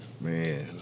man